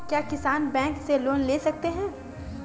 क्या किसान बैंक से लोन ले सकते हैं?